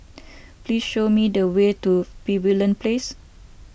please show me the way to Pavilion Place